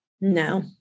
No